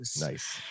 Nice